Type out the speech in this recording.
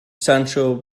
sancho